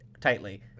tightly